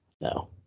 No